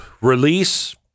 release